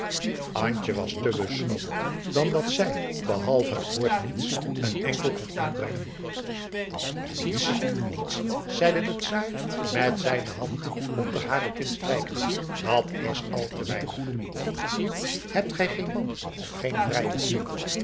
was te beschroomd dan dat zij behalve het woord niets een enkel kon uitbrengen niets niets zeide de czaar met zijne hand onder hare kin strijkende dat is al te weinig hebt gij geen man of geen vrijer